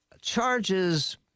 charges